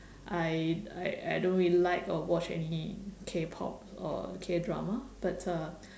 I I I don't really like or watch any Kpop or Kdrama but uh